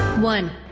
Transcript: one